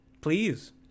Please